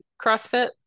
CrossFit